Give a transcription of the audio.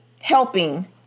helping